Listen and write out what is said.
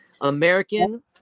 american